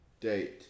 date